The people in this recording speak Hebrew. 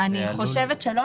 אני חושבת שלא,